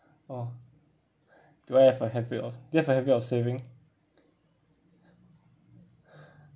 orh do I have a habit of do you have a habit of saving